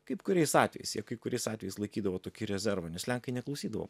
kaip kuriais atvejais jie kai kuriais atvejais laikydavo tokį rezervą nes lenkai neklausydavo